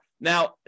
Now